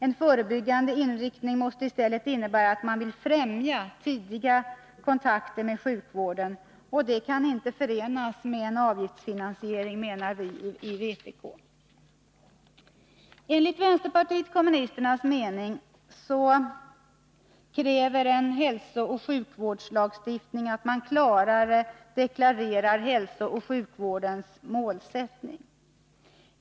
En förebyggande inriktning måste istället innebära att man vill främja tidiga kontakter med sjukvården, och det kan inte förenas med en avgiftsfinansiering, menar vi i vpk. Enligt vänsterpartiet kommunisternas mening kräver en hälsooch sjukvårdslagstiftning att man klarare deklarerar hälsooch sjukvårdens målsättning.